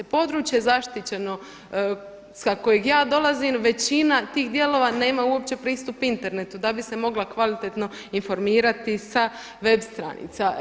Područje zaštićeno sa kojeg ja dolazim većina tih dijelova nema uopće pristup internetu da bi se mogla kvalitetno informirati sa web stranica.